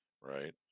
right